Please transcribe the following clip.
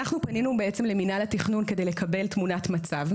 אנחנו פנינו בעצם למינהל התכנון כדי לקבל תמונת מצב,